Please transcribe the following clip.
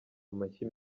amashyi